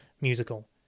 musical